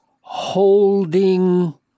holding